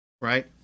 Right